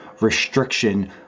restriction